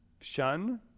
shun